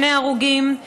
שני הרוגים,